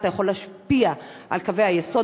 יכול להשפיע על קווי היסוד,